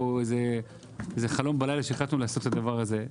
איזה חלום בלילה שהחלטנו לעשות את הדבר הזה.